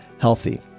healthy